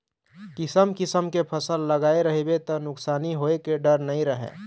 किसम किसम के फसल लगाए रहिबे त नुकसानी होए के डर नइ रहय